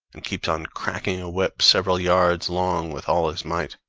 and keeps on cracking a whip several yards long with all his might,